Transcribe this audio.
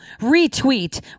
retweet